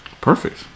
Perfect